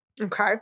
Okay